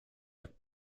jak